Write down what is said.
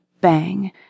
bang